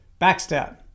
backstab